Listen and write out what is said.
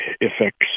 effects